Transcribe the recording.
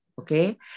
Okay